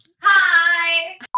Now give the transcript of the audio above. Hi